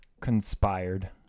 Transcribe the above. conspired